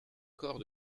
corps